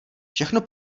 všechno